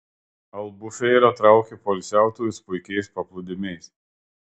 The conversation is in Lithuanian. albufeira traukia poilsiautojus puikiais paplūdimiais